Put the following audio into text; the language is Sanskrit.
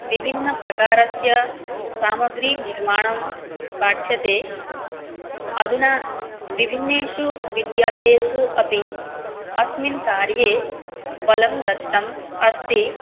विभिन्नप्रकारस्य सामग्रीनिर्माणं पाठ्यते अधुना विभिन्नेषु विद्यालयेषु अपि अस्मिन् कार्ये बलं दत्तम् अस्ति